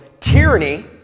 tyranny